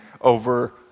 over